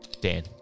Dan